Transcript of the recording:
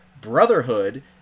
Brotherhood